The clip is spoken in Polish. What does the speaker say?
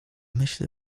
myślę